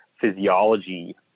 physiology